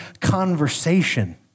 conversation